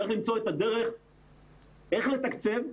צריך למצוא את הדרך איך לתקצב,